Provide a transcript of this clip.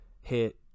hit